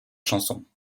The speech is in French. chanson